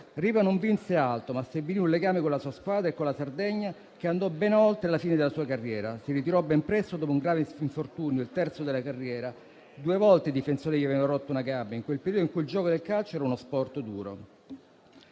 Riva non vinse altro, ma stabilì un legame con la sua squadra e con la Sardegna che andò ben oltre la fine della sua carriera. Si ritirò ben presto, dopo un grave infortunio, il terzo della carriera. Due volte i difensori gli avevano rotto una gamba, in un periodo in cui il gioco del calcio era uno sport duro.